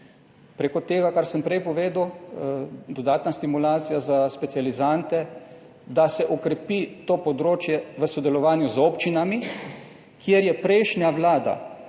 preko tega, kar sem prej povedal, dodatna stimulacija za specializante, da se okrepi to področje v sodelovanju z občinami, kjer je prejšnja Vlada,